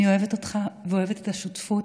אני אוהבת אותך ואוהבת את השותפות,